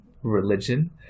religion